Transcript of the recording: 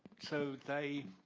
so they